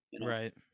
right